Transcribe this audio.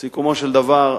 סיכומו של דבר,